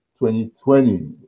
2020